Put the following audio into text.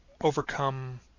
overcome